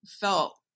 felt